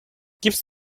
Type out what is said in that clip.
gibst